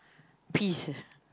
peace ah